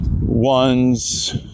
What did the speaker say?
one's